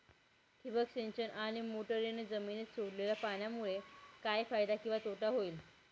ठिबक सिंचन आणि मोटरीने जमिनीत सोडलेल्या पाण्यामुळे काय फायदा किंवा तोटा होईल?